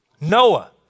Noah